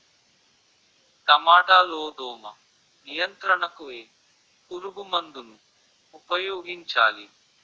టమాటా లో దోమ నియంత్రణకు ఏ పురుగుమందును ఉపయోగించాలి?